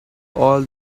all